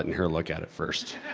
her look at it first.